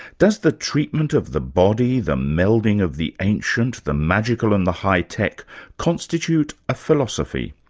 does the treatment of the body, the melding of the ancient, the magical and the high-tech constitute a philosophy?